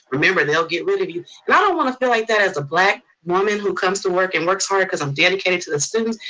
remember, they'll get rid of you. but know i don't wanna feel like that as a black woman who comes to work and works hard, cause i'm dedicated to the students.